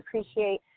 appreciate